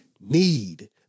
need